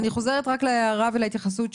אני חוזרת להערה ולהתייחסות,